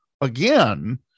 again